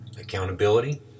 accountability